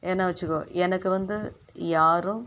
என்னை வச்சுக்கோ எனக்கு வந்து யாரும்